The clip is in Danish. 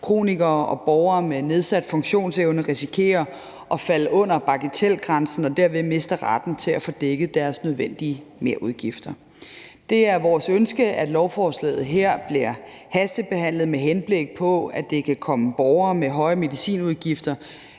kronikere og borgere med nedsat funktionsevne risikerer at falde under bagatelgrænsen og derved miste retten til at få dækket deres nødvendige merudgifter. Det er vores ønske, at lovforslaget her bliver hastebehandlet, med henblik på at det kan komme borgere med høje medicinudgifter